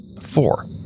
four